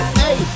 hey